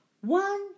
One